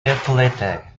decollete